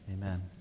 Amen